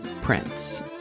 Prince